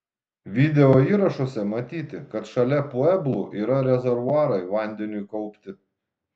videoįrašuose matyti kad šalia pueblų yra rezervuarai vandeniui kaupti